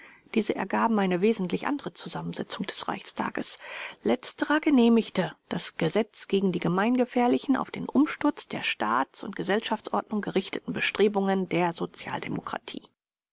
diese ergaben eine wesentlich andere zusammensetzung des reichstages letzterer genehmigte das gesetz gegen die gemeingefährlichen auf den umsturz der staats und gesellschaftsordnung gerichteten bestrebungen der sozialdemokratie